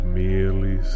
merely